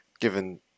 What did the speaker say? Given